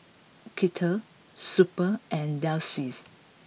Kettle Super and Delsey